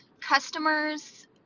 customers